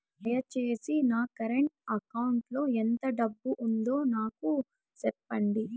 దయచేసి నా current account లో ఎంత డబ్బు ఉందో నాకు సెప్పండి